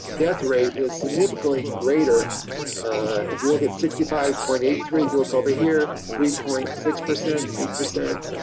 death rate is significantly greater if you look at sixty five point eight three, if you look over here three point six percent, eight percent.